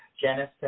Janice